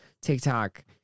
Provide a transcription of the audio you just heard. TikTok